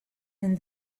and